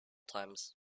times